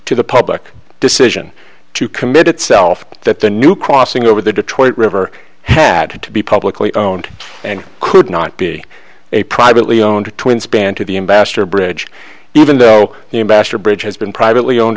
to the public decision to commit itself that the new crossing over the detroit river had to be publicly owned and could not be a privately owned twin span to the ambassador bridge even though the ambassador bridge has been privately owned